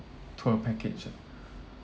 tour package ah